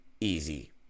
easy